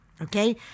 okay